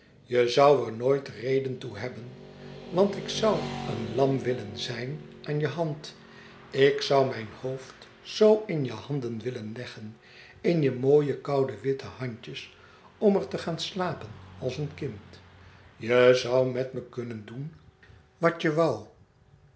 je zoû er nooit reden toe hebben want ik zoû een lam willen zijn aan je hand ik zoû mijn hoofd zoo in je handen willen leggen in je mooie koude witte handjes om er te gaan slapen als een kind je zoû met me kunnen doen wat je woû